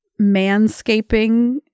manscaping